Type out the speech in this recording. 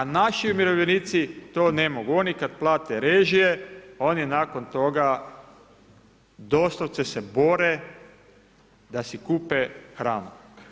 A naši umirovljenici to ne mogu, oni kad plate režije, oni nakon toga doslovce se bore da si kupe hranu.